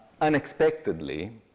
unexpectedly